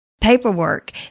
paperwork